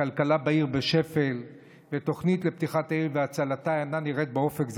הכלכלה בעיר בשפל ותוכנית לפתיחת העיר והצלתה אינה נראית באופק,